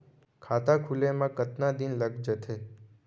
खाता खुले में कतका दिन लग जथे?